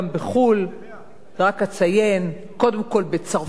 רק אציין, קודם כול, בצרפת, החוק הצרפתי,